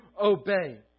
obey